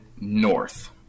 north